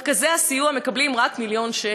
מרכזי הסיוע מקבלים רק מיליון שקל?